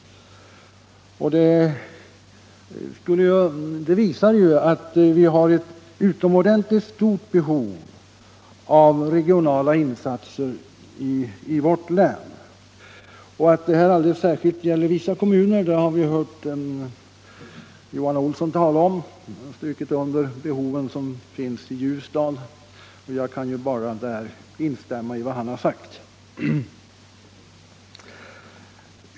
Det visar att vi har ett utomordentligt stort behov = av regionalpolitiska insatser i vårt län. Att det alldeles särskilt gäller Om ökad spridning vissa kommuner har vi hört herr Olsson i Järvsö tala om. Han har un = av sysselsättningen i derstrukit det behov som finns i Ljusdal, och jag kan därvid bara in Gävleborgs län stämma i vad han har sagt.